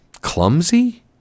clumsy